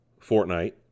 Fortnite